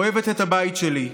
אוהבת את הבית שלי.